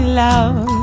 love